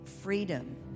freedom